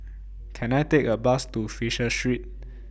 Can I Take A Bus to Fisher Street